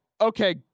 okay